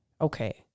Okay